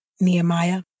Nehemiah